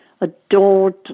adored